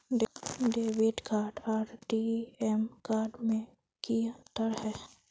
Debit card आर ATM card में की अंतर है?